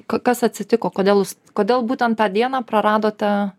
k kas atsitiko kodėl kodėl būtent tą dieną praradote